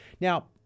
Now